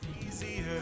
Easier